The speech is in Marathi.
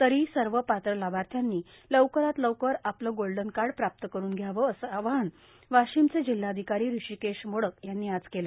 तरी सर्व पात्र लाभार्थ्यांनी लवकरात लवकर पले गोल्डन कार्ड प्राप्त करून घ्यावेए असं वाहन वाशीमचे जिल्हाधिकारी हृषीकेश मोडक यांनी ज केलं